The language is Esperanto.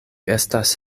estas